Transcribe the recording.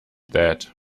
that